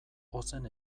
ozen